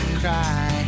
cry